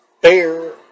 Bear